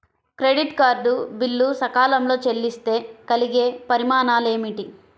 Credit card bill సకాలంలో చెల్లిస్తే కలిగే పరిణామాలేమిటి?